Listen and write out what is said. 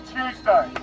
Tuesday